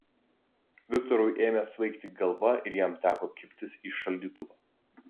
viktorui ėmė svaigti galva ir jam teko kibtis į šaldytuvą